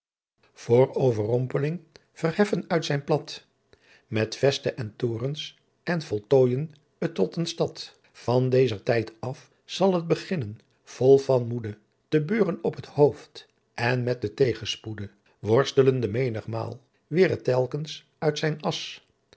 voor overrompeling verheffen uit zijn plat met vest en torens en voltooijen t tot een stadt van dezer tijdt af zal t beginnen vol van moede te beuren op het hoofdt en met den tegenspoede worstlende meenighmaal weêr t'elkens uit zijn as